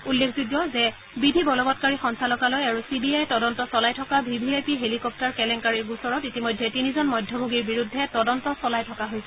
উল্লেখযোগ্য বিধি বলবৎকাৰী সঞ্চালকালয় আৰু চিবিআয়ে তদন্ত চলাই থকা V V I P helicopter কেলেংকাৰিৰ গোচৰত ইতিমধ্যে তিনিজন মধ্যভোগীৰ বিৰুদ্ধে তদন্ত চলাই থকা হৈছে